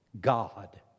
God